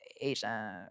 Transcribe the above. Asia